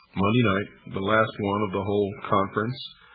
monday night, the last one of the whole conference,